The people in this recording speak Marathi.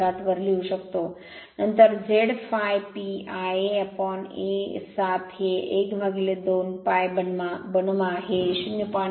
159 वर लिहू शकतो नंतर Z∅ P Ia upon a 7 हे 1 2 π बनवा हे 0